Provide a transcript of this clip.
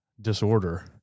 disorder